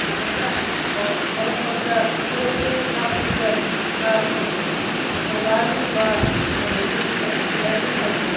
ꯑꯃꯨꯛꯀ ꯃꯔꯛ ꯃꯔꯛꯇ ꯈꯔ ꯇꯣꯏꯅ ꯀꯥꯞꯄꯗꯤ ꯗꯔꯀꯥꯔ ꯑꯣꯏ ꯅꯣꯚꯥꯟꯒꯨꯝꯕ ꯑꯗꯒꯤ ꯁꯨꯄꯔ ꯀꯤꯂꯔꯒꯨꯝꯕꯁꯦ